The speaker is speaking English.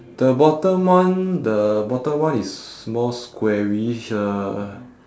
the bottom one the bottom one is more squarish ah